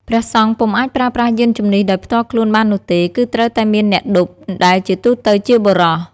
ព្រះសង្ឃពុំអាចប្រើប្រាស់យានជំនិះដោយផ្ទាល់ខ្លួនបាននោះទេ គឺត្រូវតែមានអ្នកឌុប ដែលជាទូទៅជាបុរស។